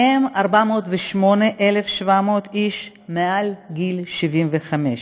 מהם 408,700 מעל גיל 75,